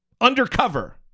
undercover